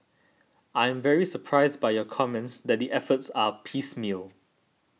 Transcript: I am very surprised by your comments that the efforts are piecemeal